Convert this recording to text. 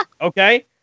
Okay